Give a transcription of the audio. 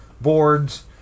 boards